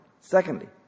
Secondly